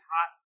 hot